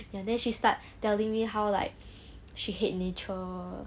ya then she start telling me how like she hate nature